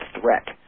threat